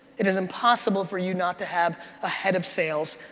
it is impossible for you not to have a head of sales,